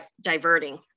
diverting